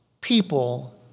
people